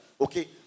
Okay